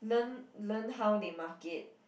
learn learn how they market